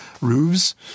roofs